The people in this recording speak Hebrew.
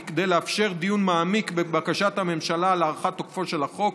כדי לאפשר דיון מעמיק בבקשת הממשלה להארכת תוקפו של החוק,